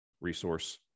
resource